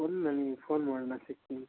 ಬಂದು ನನಗೆ ಫೋನ್ ಮಾಡು ನಾ ಸಿಕ್ತೀನಿ